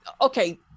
okay